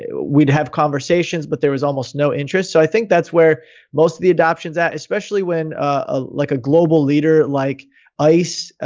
ah we'd have conversations, but there was almost no interest. so i think that's where most of the adoption's at, especially when ah like a global leader, like ice,